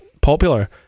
popular